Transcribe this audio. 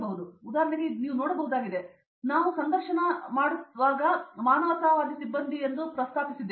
ಆದ್ದರಿಂದ ನೀವು ಉದಾಹರಣೆಗೆ ನೋಡಬಹುದಾಗಿದೆ ವಾಸ್ತವವಾಗಿ ನಾವು ಸಂದರ್ಶನ ಮಾನವತಾವಾದಿ ಸಿಬ್ಬಂದಿ ನಿರ್ದಿಷ್ಟವಾಗಿ ಎಂದು ಪ್ರಸ್ತಾಪಿಸಿದ್ದಾರೆ